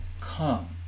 come